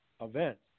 events